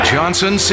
Johnson